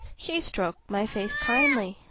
he stroked my face kindly.